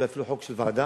אולי אפילו חוק של ועדה,